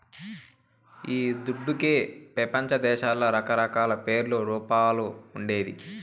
ఈ దుడ్డుకే పెపంచదేశాల్ల రకరకాల పేర్లు, రూపాలు ఉండేది